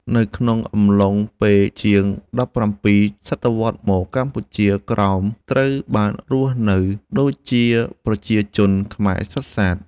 នៅក្នុងកំឡុងពេលជាង ១៧សតវត្សរ៍មក កម្ពុជាក្រោមត្រូវបានរស់នៅដូចេជាប្រជាជនខ្មែរសុទ្ធសាធ ។